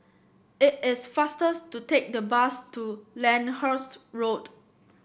it is faster to take the bus to Lyndhurst Road